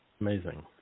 Amazing